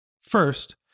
First